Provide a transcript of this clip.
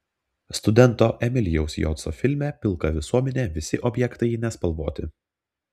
studento emilijaus joco filme pilka visuomenė visi objektai nespalvoti